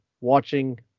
watching